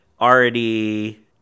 already